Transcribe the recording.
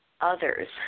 others